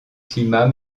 climat